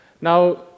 Now